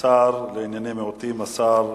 השר לענייני מיעוטים, השר